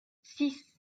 six